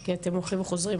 כי אתם הולכים וחוזרים,